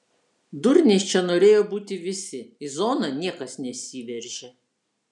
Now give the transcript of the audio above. durniais čia norėjo būti visi į zoną niekas nesiveržė